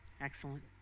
Excellent